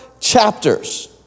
chapters